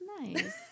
nice